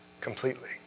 completely